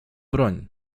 broń